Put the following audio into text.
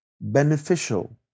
beneficial